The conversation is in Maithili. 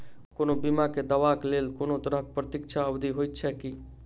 कोनो बीमा केँ दावाक लेल कोनों तरहक प्रतीक्षा अवधि होइत छैक की?